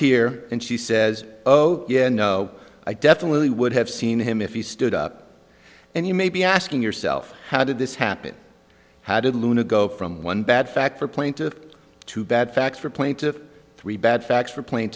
here and she says oh yeah no i definitely would have seen him if he stood up and you may be asking yourself how did this happen how did aluna go from one bad fact for playing to two bad facts for plaintiffs three bad facts for plain